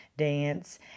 Dance